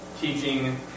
teaching